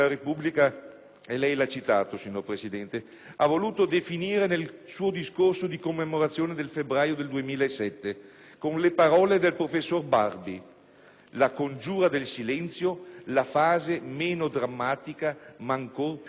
e lei lo ha citato, signor Presidente - ha voluto definire nel suo discorso di commemorazione del febbraio del 2007 con le parole del professor Barbi «la congiura del silenzio, la fase meno drammatica ma ancor più amara».